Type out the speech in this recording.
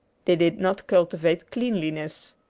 they did not cultivate cleanliness.